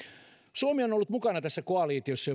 suomi on ollut mukana tässä koalitiossa